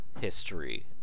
history